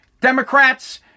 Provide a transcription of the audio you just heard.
Democrats